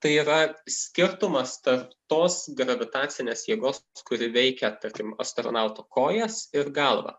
tai yra skirtumas tarp tos gravitacinės jėgos kuri veikia tarkim astronauto kojas ir galvą